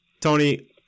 tony